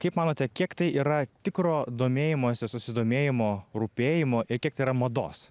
kaip manote kiek tai yra tikro domėjimosi susidomėjimo rūpėjimo ir kiek tai yra mados